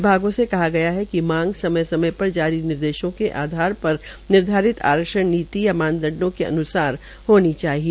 विभागों से कहा गया है कि मांग समय समय पर जारी निर्देशों के आधार पर निर्धारित आरक्षण नीति या मानदंडो के अन्सार होनी चाहिए